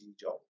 job